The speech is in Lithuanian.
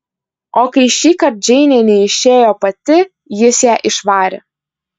o kai šįkart džeinė neišėjo pati jis ją išvarė